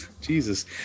Jesus